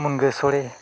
ᱢᱩᱱᱜᱟᱹ ᱥᱚᱲᱮ